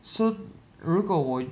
so 如果我